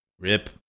Rip